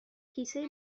کیسه